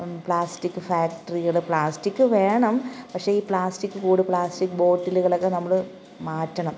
plastic ഫാക്ടറികൾ plastic വേണം പക്ഷെ ഈ പ്ലാസ്റ്റിക്ക് കൂട് പ്ലാസ്റ്റിക് ബോട്ടിലുകളൊക്കെ നമ്മൾ മാറ്റണം